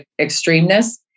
extremeness